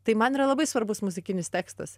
tai man yra labai svarbus muzikinis tekstas